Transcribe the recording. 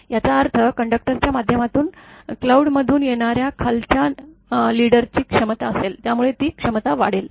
याचा अर्थ कंडक्टरच्या माध्यमातून क्लाउडमधून येणाऱ्या खालच्या नेत्याची क्षमता असेल यामुळे ती क्षमता वाढेल